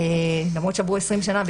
למרות שעברו עשרים שנה,